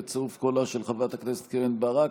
בצירוף קולה של חברת הכנסת קרן ברק,